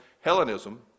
Hellenism